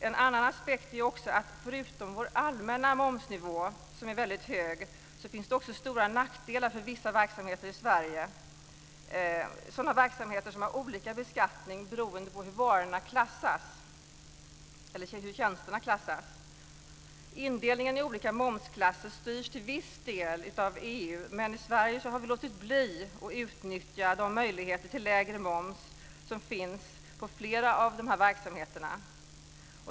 En annan aspekt är att förutom vår allmänna momsnivå, som är väldigt hög, finns det stora nackdelar för vissa verksamheter i Sverige som har olika beskattning beroende på hur varorna och tjänsterna klassas. Indelningen i olika momsklasser styrs till viss del av EU, men i Sverige har vi låtit bli att utnyttja de möjligheter till lägre moms som finns på flera av verksamheterna.